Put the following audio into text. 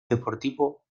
deportivo